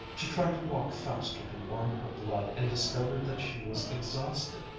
she tried to walk faster to warm her blood, and discovered that she was exhausted,